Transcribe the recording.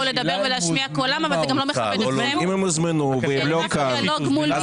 כולם הוזמנו ולא כאן.